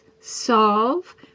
solve